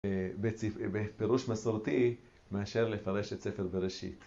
‫בפירוש מסורתי, ‫מאשר לפרש את ספר בראשית.